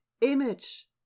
image